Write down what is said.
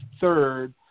third